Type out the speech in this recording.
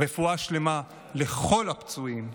רפואה שלמה לכל הפצועים,